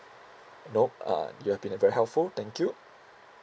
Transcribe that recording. nope uh you have been very helpful thank you